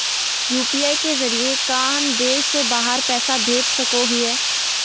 UPI के जरिए का हम देश से बाहर पैसा भेज सको हियय?